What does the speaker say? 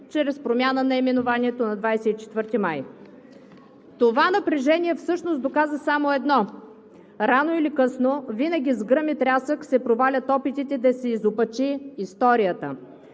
чрез промяна наименованието на 24 май. Това напрежение всъщност доказа само едно – рано или късно винаги с гръм и трясък се провалят опитите да се изопачи историята,